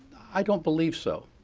i don't believe so.